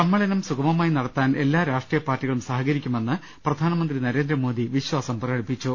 സമ്മേളനം സുഗമമായി നടത്താൻ എല്ലാ രാഷ്ട്രീയകക്ഷികളും സഹ കരിക്കുമെന്ന് പ്രധാനമന്ത്രി നരേന്ദ്രമോദി വിശ്വാസം പ്രകടിപ്പിച്ചു